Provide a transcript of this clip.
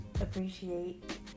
appreciate